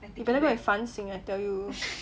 you better go and 反省 I tell you